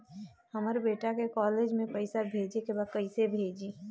हमर बेटा के कॉलेज में पैसा भेजे के बा कइसे भेजी?